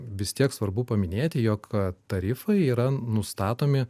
vis tiek svarbu paminėti jog tarifai yra nustatomi